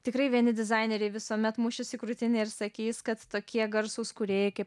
tikrai vieni dizaineriai visuomet mušis į krūtinę ir sakys kad tokie garsūs kūrėjai kaip